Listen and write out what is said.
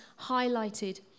highlighted